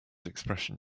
expression